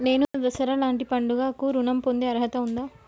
నేను దసరా లాంటి పండుగ కు ఋణం పొందే అర్హత ఉందా?